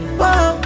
whoa